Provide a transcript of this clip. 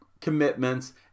commitments